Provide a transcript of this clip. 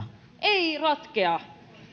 ei ratkaise